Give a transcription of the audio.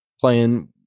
playing